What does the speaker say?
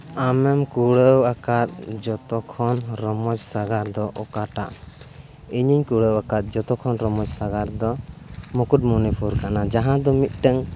ᱟᱢᱮᱢ ᱠᱩᱲᱟᱹᱣᱟᱠᱟᱫ ᱡᱚᱛᱚᱠᱷᱚᱱ ᱨᱚᱢᱚᱡᱽ ᱥᱟᱸᱜᱷᱟᱨ ᱫᱚ ᱚᱠᱟᱴᱟᱜ ᱤᱧᱤᱧ ᱠᱩᱲᱟᱹᱣᱟᱠᱟᱫ ᱡᱚᱛᱚ ᱠᱷᱚᱱ ᱨᱚᱢᱚᱡᱽ ᱥᱟᱸᱜᱷᱟᱨ ᱫᱚ ᱢᱩᱠᱩᱴᱢᱚᱱᱤᱯᱩᱨ ᱠᱟᱱᱟ ᱡᱟᱦᱟᱸ ᱫᱚ ᱢᱤᱫᱴᱟᱹᱝ